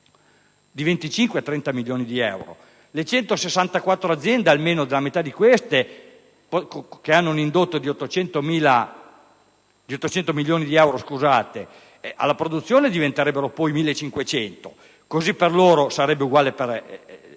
di 25-30 milioni di euro. Delle 164 aziende, almeno la metà di queste, che hanno un indotto di 800 milioni di euro alla produzione, diventerebbero 1500. Sarebbe uguale per